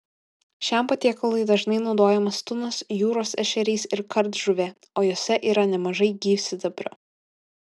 šiam patiekalui dažnai naudojamas tunas jūros ešerys ir kardžuvė o jose yra nemažai gyvsidabrio